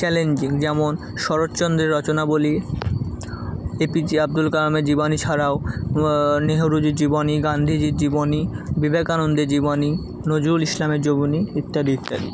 challenging যেমন শরৎচন্দ্রের রচনাবলী এপিজে আব্দুল কালামের জীবনী ছাড়াও নেহেরুজীর জীবনী গান্ধীজীর জীবনী বিবেকানন্দের জীবনী নজরুল ইসলামের জীবনী ইত্যাদি ইত্যাদি